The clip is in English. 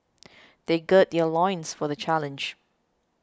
they gird their loins for the challenge